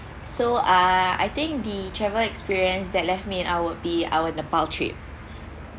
so uh I think the travel experience that left me and I would be our would nepal trip